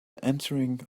entering